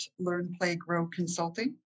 learnplaygrowconsulting